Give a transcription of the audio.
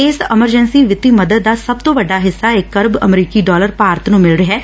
ਇਸ ਐਮਰਜੈ'ਸੀ ਵਿੱਤੀ ਮਦਦ ਦਾ ਸਭ ਤੋ' ਵੱਡਾ ਹਿੱਸਾ ਇਕ ਅਰਬ ਅਮਰੀਕੀ ਡਾਲਰ ਭਾਰਤ ਨੂੰ ਮਿਲ ਰਿਹੈ